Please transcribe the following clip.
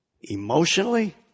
emotionally